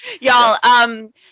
Y'all